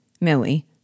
Millie